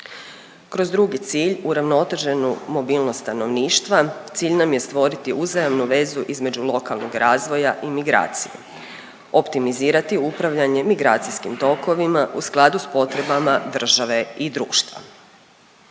Kroz drugi cilju uravnoteženu mobilnost stanovništva cilj nam je stvoriti uzajamnu vezu između lokalnog razvoja i migracije, optimizirati upravljanje migracijskim tokovima u skladu s potrebama države i društva.